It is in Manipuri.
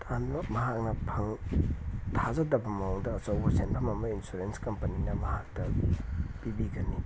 ꯇꯥꯟꯕ ꯃꯍꯥꯛꯅ ꯊꯥꯖꯗꯕ ꯃꯑꯣꯡꯗ ꯑꯆꯧꯕ ꯁꯦꯟꯐꯝ ꯑꯃ ꯏꯟꯁꯨꯔꯦꯟꯁ ꯀꯝꯄꯅꯤꯅ ꯃꯍꯥꯛꯇ ꯄꯤꯕꯤꯒꯅꯤ